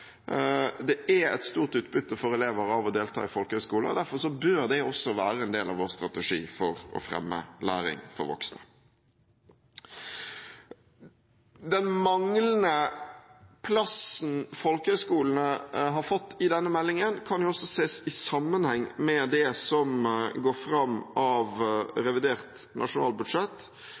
Det gir et stort utbytte for elevene å delta på folkehøyskoler. Derfor bør det også være en del av vår strategi for å fremme læring for voksne. Den manglende plassen folkehøyskolene har fått i denne meldingen, kan også ses i sammenheng med det som går fram av revidert nasjonalbudsjett,